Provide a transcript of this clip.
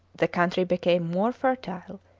the country became more fertile,